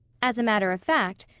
as a matter of fact,